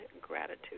gratitude